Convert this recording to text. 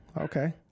okay